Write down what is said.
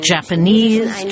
Japanese